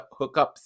hookups